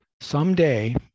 Someday